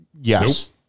Yes